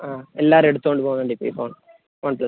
ആ എല്ലാവരും എടുത്തോണ്ട് പോകുന്നുണ്ട് ഇപ്പോൾ ഈ ഫോണ് വൺ പ്ലസ്